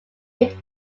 made